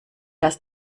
das